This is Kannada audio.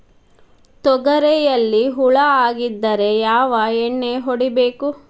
ತೊಗರಿಯಲ್ಲಿ ಹುಳ ಆಗಿದ್ದರೆ ಯಾವ ಎಣ್ಣೆ ಹೊಡಿಬೇಕು?